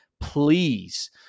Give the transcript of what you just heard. please